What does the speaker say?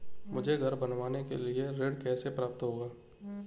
मुझे घर बनवाने के लिए ऋण कैसे प्राप्त होगा?